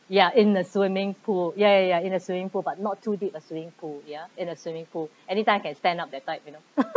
ya in the swimming pool ya ya in a swimming pool but not too deep a swimming pool ya in a swimming pool anytime can stand up that type you know